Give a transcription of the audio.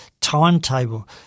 timetable